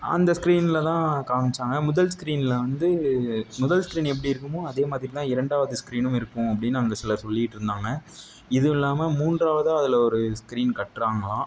அந்த ஸ்க்ரீனில் தான் காமித்தாங்க முதல் ஸ்க்ரீனில் வந்து முதல் ஸ்க்ரீன் எப்படி இருக்குமோ அதே மாதிரி தான் இரண்டாவது ஸ்க்ரீனும் இருக்கும் அப்படின்னு அங்கே சிலர் சொல்லிக்கிட்டிருந்தாங்க இதுல்லாமல் மூன்றாவதாக அதில் ஒரு ஸ்க்ரீன் கட்டுறாங்களாம்